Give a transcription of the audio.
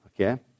Okay